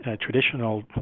traditional